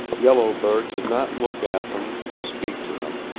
yellow bird did not look at them or speak to them,